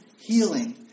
healing